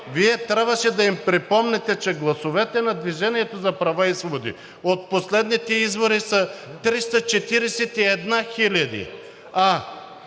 Вие трябваше да им припомните, че гласовете на „Движение за права и свободи“ от последните избори са 341 хиляди,